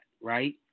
right